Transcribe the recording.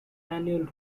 annual